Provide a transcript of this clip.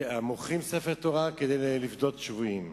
מוכרים ספר תורה כדי לפדות שבויים.